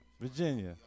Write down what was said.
Virginia